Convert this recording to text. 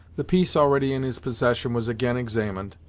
the piece already in his possession was again examined,